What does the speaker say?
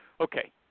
Okay